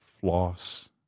floss